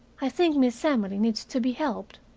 i think miss emily needs to be helped,